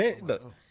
Look